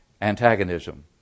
antagonism